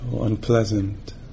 unpleasant